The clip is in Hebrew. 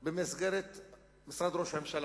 במסגרת משרד ראש הממשלה,